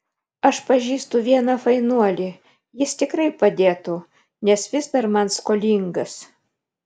aš pažįstu vieną fainuolį jis tikrai padėtų nes vis dar man skolingas